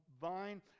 vine